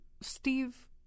Steve